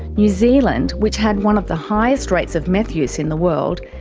new zealand, which had one of the highest rates of meth use in the world,